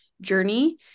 journey